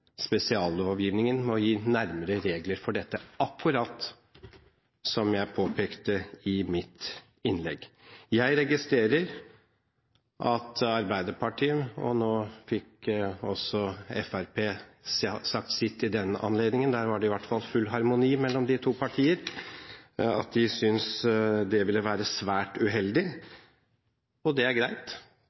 spesiallovgivningen må gi nærmere regler for dette, som jeg påpekte i mitt innlegg. Jeg registrerer at Arbeiderpartiet – og også Fremskrittspartiet fikk sagt sitt i den anledning, her var det i hvert fall full harmoni mellom de to partier – synes det ville være svært uheldig. Det er greit.